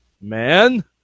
man